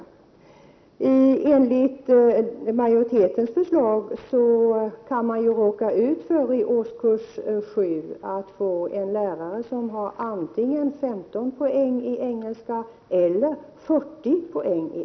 Om riksdagen bifaller majoritetens förslag kan man råka ut för att i årskurs 7 få en lärare som har utbildning i engelska om antingen 15 poäng eller 40 poäng.